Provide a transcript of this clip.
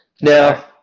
Now